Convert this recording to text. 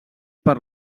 per